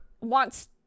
wants